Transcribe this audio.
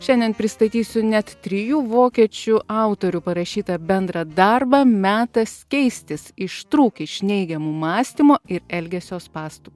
šiandien pristatysiu net trijų vokiečių autorių parašytą bendrą darbą metas keistis ištrūk iš neigiamų mąstymo ir elgesio spąstų